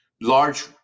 large